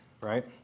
right